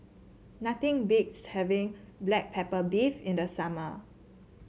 nothing beats having Black Pepper Beef in the summer